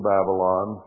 Babylon